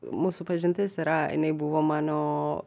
mūsų pažintis yra jinai buvo mano